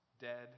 dead